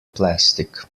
plastic